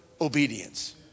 obedience